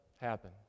happen